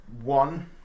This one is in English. one